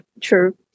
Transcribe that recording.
true